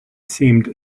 seemed